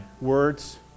words